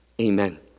Amen